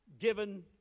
given